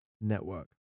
network